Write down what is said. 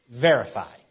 verify